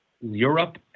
Europe